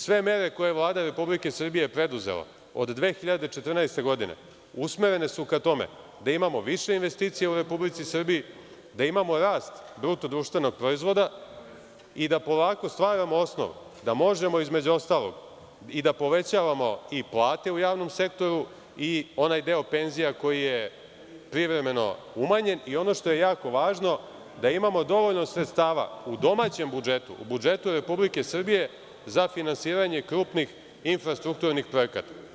Sve mere koja je Vlada Republike Srbije preduzela od 2014. godine, usmerene su ka tome da imamo više investicija u Republici Srbiji, da imamo rast BDP i da polako stvaramo osnov da možemo, između ostalog, i da povećavamo i plate u javnom sektoru i onaj deo penzija koji je privremeno umanjen i ono što je jako važno, da imamo dovoljno sredstava u domaćem budžetu, u budžetu Republike Srbije za finansiranje krupnih infrastrukturnih projekata.